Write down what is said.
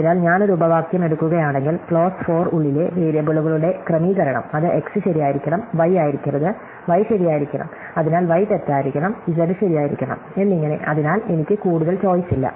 അതിനാൽ ഞാൻ ഒരു ഉപവാക്യം എടുക്കുകയാണെങ്കിൽ ക്ലോസ് ഫോർ ഉള്ളിലെ വേരിയബിളുകളുടെ ക്രമീകരണം അത് x ശരിയായിരിക്കണം y ആയിരിക്കരുത് y ശരിയായിരിക്കണം അതിനാൽ y തെറ്റായിരിക്കണം z ശരിയായിരിക്കണം എന്നിങ്ങനെ അതിനാൽ എനിക്ക് കൂടുതൽ ചോയ്സ് ഇല്ല